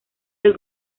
del